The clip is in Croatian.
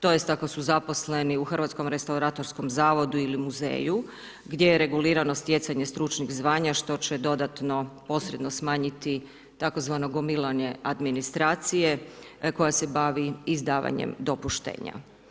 Tj. ako su zaposleni u Hrvatskom restauratorskom zavodu ili muzeju, gdje je regulirano stjecanje stručnih zvanja što će dodatno posredno smanjiti tzv. gomilanje administracije, koja se bavi izdavanjem dopuštenja.